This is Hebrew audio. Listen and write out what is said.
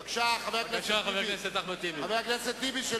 בבקשה, חבר הכנסת טיבי.